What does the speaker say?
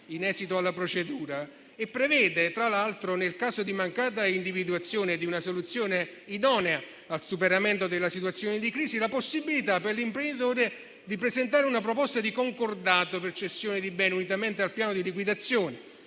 in esito alla procedura e prevede, tra l'altro, nel caso di mancata individuazione di una soluzione idonea al superamento della situazione di crisi, la possibilità per l'imprenditore di presentare una proposta di concordato per cessione di beni, unitamente al piano di liquidazione,